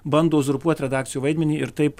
bando uzurpuot redakcijų vaidmenį ir taip